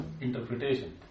interpretation